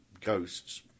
ghosts